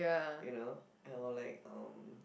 you know I will like um